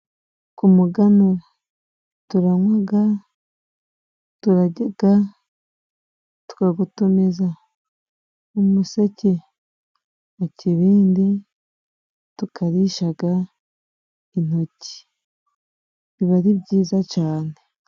Ku muganura turanywaga, turaryaga, tukagutumiza mu museke mu kibindi tukarishaga intoki. Biba ari byiza cyane!